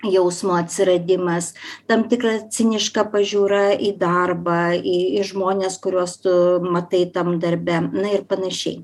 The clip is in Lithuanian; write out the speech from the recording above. jausmo atsiradimas tam tikra ciniška pažiūra į darbą į į žmones kuriuos tu matai tam darbe na ir panašiai